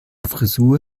frisur